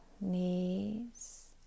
knees